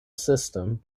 system